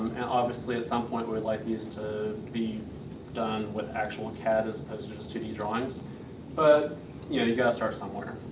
and obviously at some point we would like these to be done with actual cad as opposed to just two d drawings but yeah ah start somewhere.